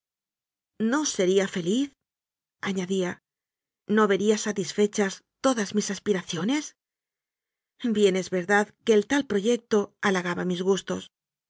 no sería feliz añadía no vería satisfechas todas mis aspiraciones bien es verdad que el tal pro yecto halagaba mis gustos